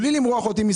ובלי למרוח אותי,